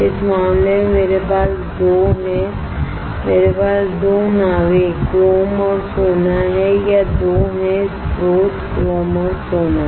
इस मामले में मेरे पास 2 हैं मेरे पास 2 नावें क्रोम और गोल्ड या 2 स्रोत हैं क्रोम और गोल्ड